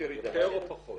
יותר או פחות?